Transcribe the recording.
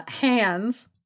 hands